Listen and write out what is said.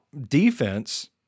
defense